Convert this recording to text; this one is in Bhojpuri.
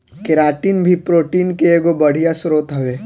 केराटिन भी प्रोटीन के एगो बढ़िया स्रोत हवे